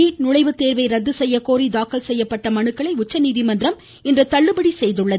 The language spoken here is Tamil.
நீட் நுழைவுத்தேர்வை ரத்து செய்யக்கோரி தாக்கல் செய்யப்பட்ட மனுக்களை உச்சநீதிமன்றம் இன்று தள்ளுபடி செய்தது